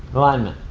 alignment.